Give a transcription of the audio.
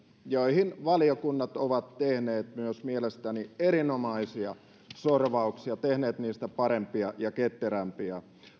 joihin valiokunnat ovat myös tehneet mielestäni erinomaisia sorvauksia tehneet niistä parempia ja ketterämpiä